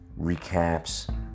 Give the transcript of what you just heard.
recaps